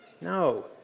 No